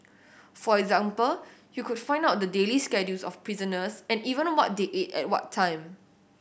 for example you could find out the daily schedules of prisoners and even what they ate at what time